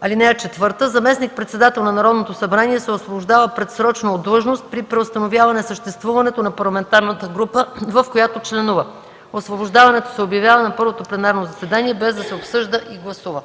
(4) Заместник-председател на Народното събрание се освобождава предсрочно от длъжност при преустановяване съществуването на парламентарната група, в която членува. Освобождаването се обявява на първото пленарно заседание без да се обсъжда и гласува.”